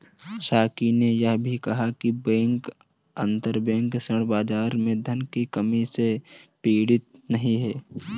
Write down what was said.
साकी ने यह भी कहा कि बैंक अंतरबैंक ऋण बाजार में धन की कमी से पीड़ित नहीं हैं